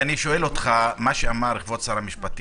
11:26) אני שואל אותך מה שאמר כבוד שר המשפטים,